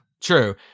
True